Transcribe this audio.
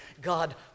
God